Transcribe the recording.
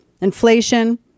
inflation